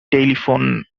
telephone